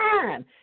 time